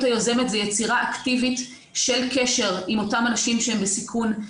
היוזמת זה יצירה אקטיבית של קשר עם אותם אנשים שהם בסיכון,